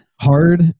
hard